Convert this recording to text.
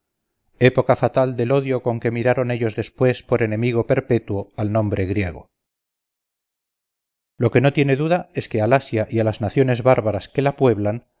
época fatal del odio con que miraron ellos después por enemigo perpetuo al nombre griego lo que no tiene duda es que al asia y a las naciones bárbaras que la pueblan